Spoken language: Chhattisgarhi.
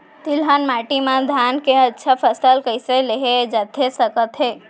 तिलहन माटी मा धान के अच्छा फसल कइसे लेहे जाथे सकत हे?